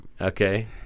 okay